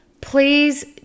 Please